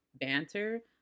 banter